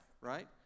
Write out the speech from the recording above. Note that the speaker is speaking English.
right